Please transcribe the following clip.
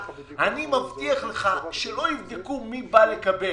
אני מבטיח לך שלא יבדקו מי בא לקבל,